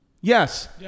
Yes